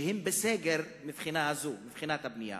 שהם בסגר מבחינה זו, מבחינת הבנייה.